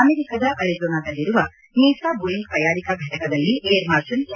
ಅಮೆರಿಕದ ಅರಿಜ ೋನದಲ್ಲಿರುವ ಮೀಸಾ ಬೋಯಿಂಗ್ ತಯಾರಿಕಾ ಫಟಕದಲ್ಲಿ ಏರ್ಮಾರ್ಷಲ್ ಎ